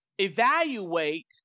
Evaluate